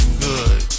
good